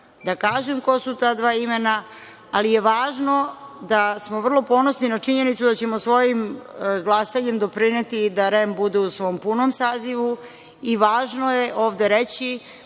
da kažem ko su ta dva imena, ali je važno da smo vrlo ponosni na činjenicu da ćemo svojim glasanjem doprineti da REM bude u svom punom sazivu i važno je ovde reći